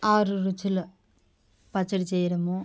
ఆరు రుచుల పచ్చడి చేయడము